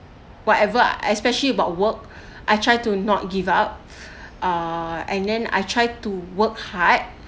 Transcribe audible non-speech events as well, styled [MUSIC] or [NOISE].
whatever especially about work [BREATH] I try to not give up [BREATH] uh and then I try to work hard